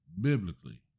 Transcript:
biblically